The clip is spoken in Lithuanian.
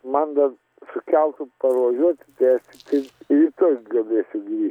man dar su keltu parvažiuoti tai aš rytoj galėsiu grįžt